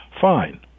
fine